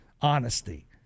honesty